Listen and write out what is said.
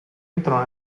entrò